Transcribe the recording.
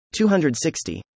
260